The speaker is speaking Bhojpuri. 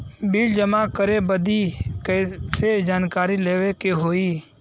बिल जमा करे बदी कैसे जानकारी लेवे के होई?